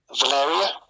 Valeria